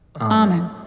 Amen